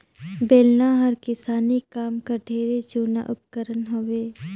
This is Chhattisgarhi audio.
बेलना हर किसानी काम कर ढेरे जूना उपकरन हवे